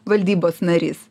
valdybos narys